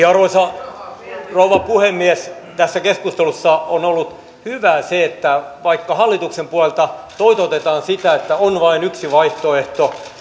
arvoisa rouva puhemies tässä keskustelussa on ollut hyvää se että vaikka hallituksen puolelta toitotetaan sitä että on vain yksi vaihtoehto